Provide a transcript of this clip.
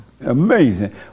Amazing